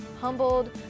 humbled